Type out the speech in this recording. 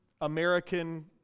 American